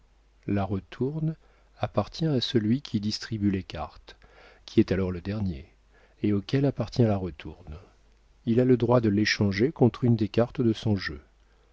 la retourne appartient à celui qui distribue les cartes qui est alors le dernier et auquel appartient la retourne il a le droit de l'échanger contre une des cartes de son jeu